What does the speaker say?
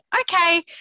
okay